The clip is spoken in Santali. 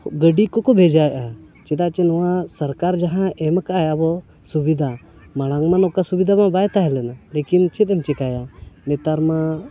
ᱜᱟᱹᱰᱤ ᱠᱚᱠᱚ ᱵᱷᱮᱡᱟᱭᱮᱫᱟ ᱪᱮᱫᱟᱜ ᱪᱮ ᱱᱚᱣᱟ ᱥᱚᱨᱠᱟᱨ ᱡᱟᱦᱟᱸ ᱮᱢ ᱟᱠᱟᱫᱟᱭ ᱟᱵᱚ ᱥᱩᱵᱤᱫᱷᱟ ᱢᱟᱲᱟᱝ ᱢᱟ ᱱᱚᱠᱟ ᱥᱩᱵᱤᱫᱷᱟ ᱢᱟ ᱵᱟᱭ ᱛᱟᱦᱮᱸ ᱞᱮᱱᱟ ᱞᱮᱠᱤᱱ ᱪᱮᱫ ᱮᱢ ᱪᱮᱠᱟᱭᱟ ᱱᱮᱛᱟᱨ ᱢᱟ